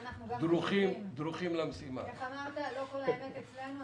לא כל האמת אצלנו,